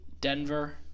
Denver